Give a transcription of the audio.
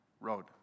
road